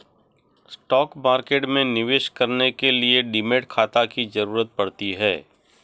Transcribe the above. stock market में निवेश करने के लिए डीमैट खाता की जरुरत पड़ती है